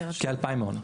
כ-2,000 מעונות.